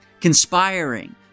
conspiring